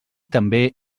també